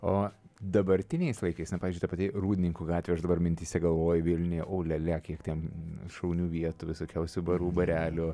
o dabartiniais laikais na pavyzdžiui ta pati rūdninkų gatvė aš dabar mintyse galvoju vilniuje o lia lia kiek ten šaunių vietų visokiausių barų barelių